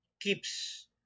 Keeps